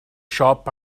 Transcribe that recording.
siop